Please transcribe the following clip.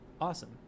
awesome